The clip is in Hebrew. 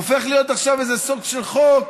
הופך להיות עכשיו איזה סוג של חוק